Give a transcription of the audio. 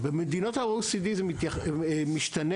במדינות ה-OECD זה משתנה,